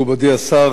מכובדי השר,